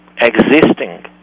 existing